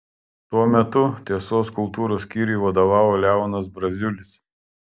tuo metu tiesos kultūros skyriui vadovavo leonas braziulis